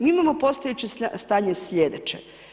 Mi imamo postojeće stanje slijedeće.